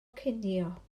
cinio